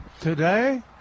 Today